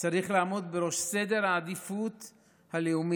צריך לעמוד בראש סדר העדיפות הלאומית.